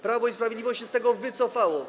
Prawo i Sprawiedliwość się z tego wycofało.